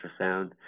ultrasound